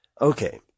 Okay